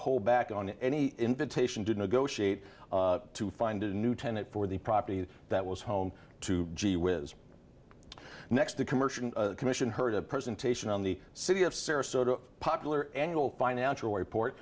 hold back on any invitation to negotiate to find a new tenant for the property that was home to gee whiz next the commercial commission heard a presentation on the city of sarasota popular engle financial report